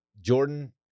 Jordan